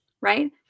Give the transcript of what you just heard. right